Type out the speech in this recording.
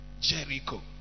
Jericho